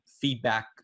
feedback